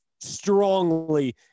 strongly